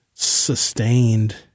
sustained